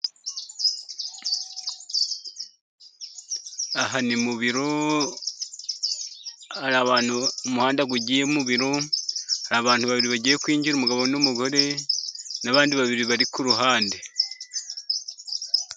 Aha ni muro umuhanda ugiye muroma hari abantu babiri bagiye kgirara umugabo n'umugore n'abandi babiri bari ku ruhande